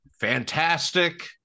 fantastic